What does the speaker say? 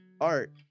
art